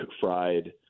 fried